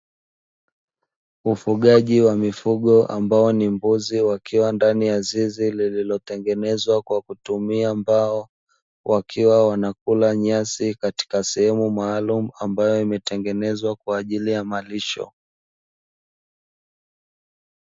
Ufugaji wa mifugo ambao ni mbuzi wakiwa ndani ya zizi lililotengenezwa kwa kutumia mbao, wakiwa wanakula nyasi katika sehemu maalumu ambayo imetengenezwa kwa ajili ya malisho.